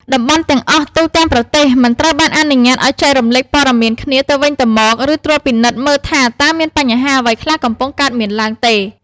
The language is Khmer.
តំបន់ទាំងអស់ទូទាំងប្រទេសមិនត្រូវបានអនុញ្ញាតឱ្យ ចែករំលែកព័ត៌មានគ្នា ទៅវិញទៅមក ឬត្រួតពិនិត្យមើលថាតើមានបញ្ហាអ្វីខ្លះកំពុងកើតមានឡើងទេ។